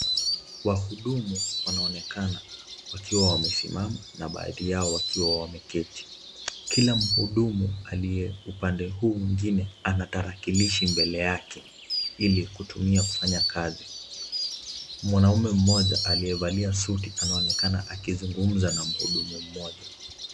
Wahudumu wanaonekana wakiwa wamesimama na baadhi yao wakiwa wameketi. Kila mhudumu aliye upande huu mwingine ana tarakilishi mbele yake ili kutumia kufanya kazi. Mwanaume mmoja aliyevalia suti na anaonekana akizungumza na mhudumu mmoja.